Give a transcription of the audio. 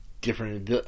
different